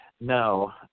no